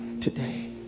Today